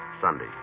Sunday